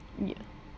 yeah